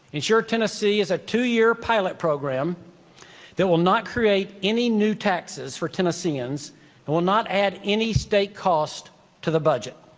insure tennessee is a two year pilot program that will not create any new taxes for tennesseans and will not add any state costs to the budget.